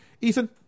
Ethan